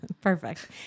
Perfect